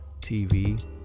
TV